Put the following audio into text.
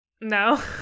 no